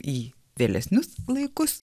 į vėlesnius laikus